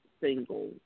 single